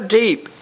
deep